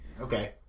Okay